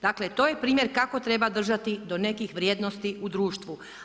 Dakle to je primjer kako treba držati do nekih vrijednosti u društvu.